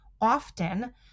often